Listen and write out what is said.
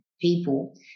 people